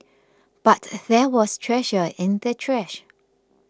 but there was treasure in the trash